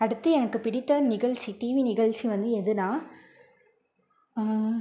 அடுத்து எனக்கு பிடித்த நிகழ்ச்சி டிவி நிகழ்ச்சி வந்து எதுன்னா